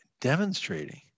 demonstrating